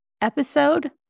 episode